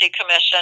Commission